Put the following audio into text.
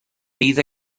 bydd